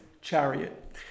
chariot